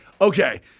okay—